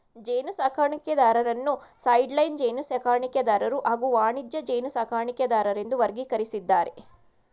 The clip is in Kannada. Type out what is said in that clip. ಜೇನುಸಾಕಣೆದಾರರನ್ನು ಸೈಡ್ಲೈನ್ ಜೇನುಸಾಕಣೆದಾರರು ಹಾಗೂ ವಾಣಿಜ್ಯ ಜೇನುಸಾಕಣೆದಾರರೆಂದು ವರ್ಗೀಕರಿಸಿದ್ದಾರೆ